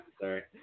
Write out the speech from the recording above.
sorry